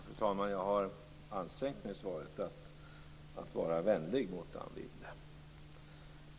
Fru talman! Jag har i svaret ansträngt mig att vara vänlig mot Anne Wibble.